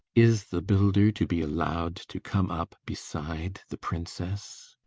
is the builder to be allowed to come up beside the princess?